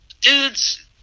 dude's